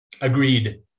Agreed